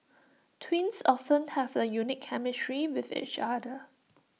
twins often have A unique chemistry with each other